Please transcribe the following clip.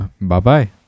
Bye-bye